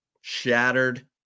shattered